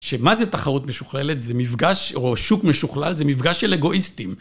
שמה זה תחרות משוכללת, זה מפגש, או שוק משוכלל, זה מפגש של אגואיסטים.